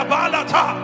Balata